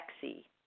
sexy